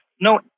no